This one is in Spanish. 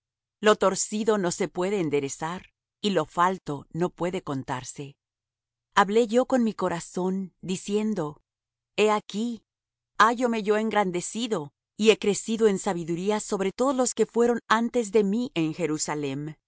lo torcido no se puede enderezar y lo falto no puede contarse hablé yo con mi corazón diciendo he aquí hállome yo engrandecido y he crecido en sabiduría sobre todos los que fueron antes de mí en jerusalem